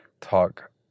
talk